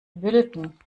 bilden